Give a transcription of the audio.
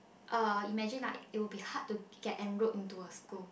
uh imagine like it will be hard to get enrolled into a school